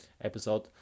episode